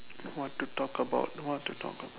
what to talk about what to talk about